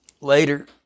Later